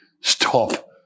stop